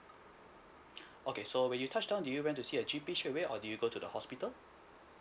okay so when you touch down did you went to see a G_P straightaway or did you go to the hospital